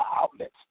outlets